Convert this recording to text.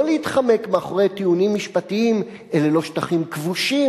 לא להתחמק מאחורי טיעונים משפטיים אלה לא שטחים כבושים,